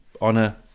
honor